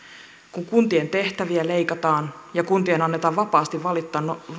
kun kuntien tehtäviä leikataan ja kuntien annetaan vapaasti valita